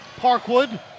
Parkwood